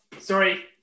sorry